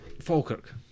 Falkirk